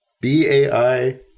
B-A-I